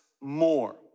more